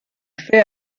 fait